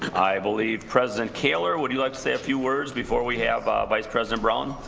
i believe president kaler would you like to say a few words before we have vice president brown.